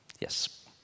Yes